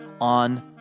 on